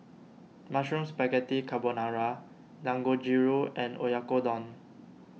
Mushroom Spaghetti Carbonara Dangojiru and Oyakodon